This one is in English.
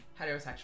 heterosexual